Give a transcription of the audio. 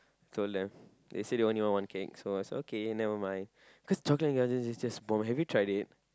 so left they say they only want one cake so I say okay never mind cause chocolate indulgence is just bomb have you tried it